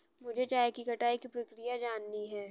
मुझे चाय की कटाई की प्रक्रिया जाननी है